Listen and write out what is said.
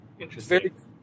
Interesting